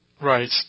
right